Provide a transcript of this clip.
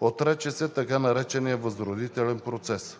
Отрече се така наречения възродителен процес,